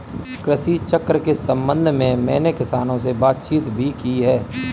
कृषि चक्र के संबंध में मैंने किसानों से बातचीत भी की है